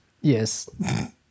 Yes